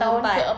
tahun empat